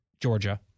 Georgia